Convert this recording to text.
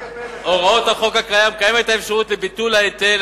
בהוראות החוק הקיים קיימת אפשרות לביטול ההיטל,